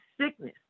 sickness